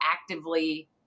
actively